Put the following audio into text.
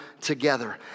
together